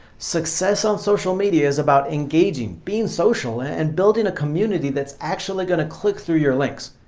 success on social media is about engaging, being social, and building a community that is actually going to click through your links.